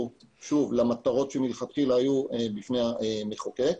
למטרות שמלכתחילה היו בפני המחוקק.